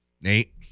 Nate